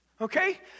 Okay